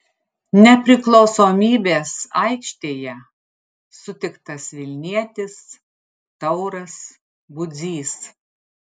nepriklausomybės aikštėje sutiktas vilnietis tauras budzys